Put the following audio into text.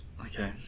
Okay